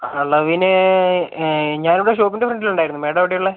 അളവിന് ഞാനിവിടെ ഷോപ്പിൻ്റെ ഫ്രണ്ടിലുണ്ടായിരുന്നു മാഡം എവിടെയാണ് ഉള്ളേ